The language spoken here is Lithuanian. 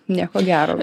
nieko gero